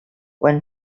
when